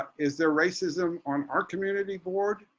um is there racism on our community board,